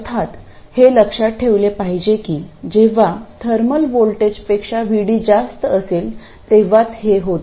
अर्थात हे लक्षात ठेवले पाहिजे की जेव्हा थर्मल व्होल्टेजपेक्षा VD जास्त असेल तेव्हाच हे होते